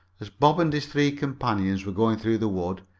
as bob and his three companions were going through the wood,